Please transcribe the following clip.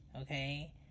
Okay